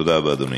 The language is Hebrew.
תודה רבה, אדוני.